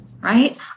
Right